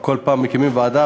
בכל פעם מקימים ועדה,